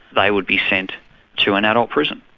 they would be sent to an adult prison.